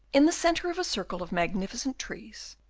in the centre of a circle of magnificent trees,